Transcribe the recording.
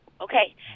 Okay